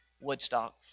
Woodstock